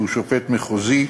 שהוא שופט מחוזי,